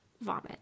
vomit